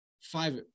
Five